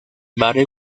barrio